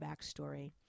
backstory